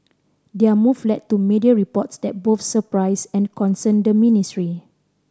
their move led to media reports that both surprised and concerned the ministry